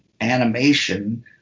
animation